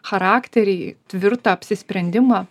charakterį tvirtą apsisprendimą